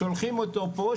שולחים אותו פה,